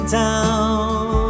town